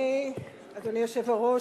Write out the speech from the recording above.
אדוני היושב-ראש,